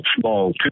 small